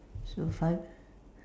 so five